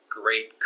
great